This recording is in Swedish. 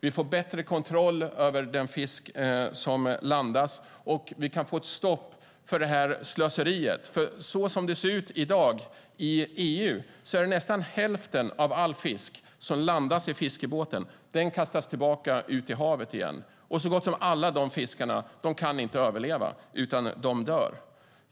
Vi får bättre kontroll över den fisk som landas, och vi kan få ett stopp för det här slöseriet. Som det ser ut i dag i EU är det nästan hälften av all fisk som tas upp i fiskebåten som kastas tillbaka ut i havet igen. Så gott som alla de fiskarna kan inte överleva, utan de dör.